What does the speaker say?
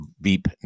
beep